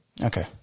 Okay